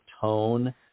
tone